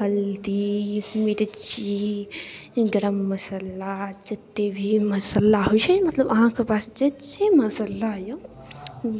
हल्दी मिरची गरम मसल्ला जतेक भी मसल्ला होइ छै मतलब अहाँके पास जतेक मसल्ला अइ